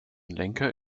lenker